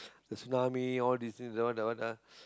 the tsunamis all these thing that one that one ah